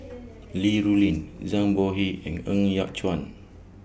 Li Rulin Zhang Bohe and Ng Yat Chuan